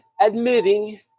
admitting